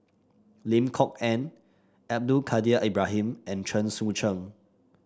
Lim Kok Ann Abdul Kadir Ibrahim and Chen Sucheng